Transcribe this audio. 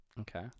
Okay